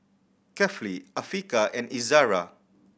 Kefli Afiqah and Izara